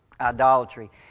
idolatry